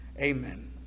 Amen